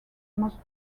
most